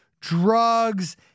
drugs